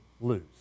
lose